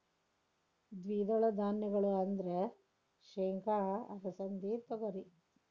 ದ್ವಿದಳ ಧಾನ್ಯಗಳು ಅಂದ್ರ ಸೇಂಗಾ, ಅಲಸಿಂದಿ, ತೊಗರಿ